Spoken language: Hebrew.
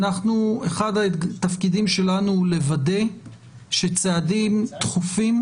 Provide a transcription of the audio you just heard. אחד התפקידים שלנו הוא לוודא שצעדים דחופים